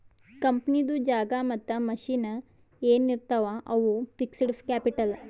ಕಂಪನಿದು ಜಾಗಾ ಮತ್ತ ಮಷಿನ್ ಎನ್ ಇರ್ತಾವ್ ಅವು ಫಿಕ್ಸಡ್ ಕ್ಯಾಪಿಟಲ್